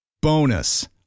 Bonus